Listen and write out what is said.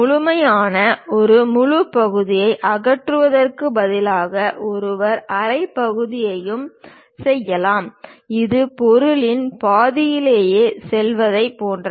முழுமையான முழு பகுதியையும் அகற்றுவதற்கு பதிலாக ஒருவர் அரை பகுதியையும் செய்யலாம் இது பொருளின் பாதியிலேயே செல்வதைப் போன்றது